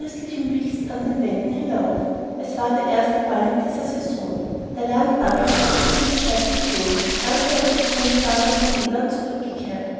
an den wänden hinauf es war der erste ball in dieser saison der landadel hatte sich in die stadt gezogen kranke und gesunde waren aus den bädern zurückgekehrt